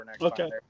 Okay